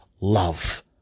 love